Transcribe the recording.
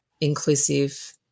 inclusive